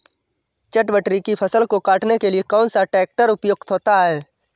चटवटरी की फसल को काटने के लिए कौन सा ट्रैक्टर उपयुक्त होता है?